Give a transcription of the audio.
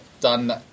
done